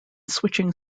switching